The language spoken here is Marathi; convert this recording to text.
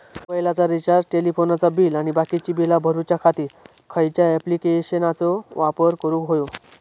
मोबाईलाचा रिचार्ज टेलिफोनाचा बिल आणि बाकीची बिला भरूच्या खातीर खयच्या ॲप्लिकेशनाचो वापर करूक होयो?